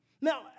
Now